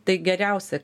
tai geriausia